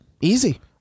Easy